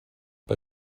bei